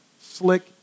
slick